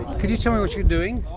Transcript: could you tell me what you're doing?